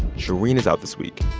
shereen is out this week.